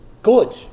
Good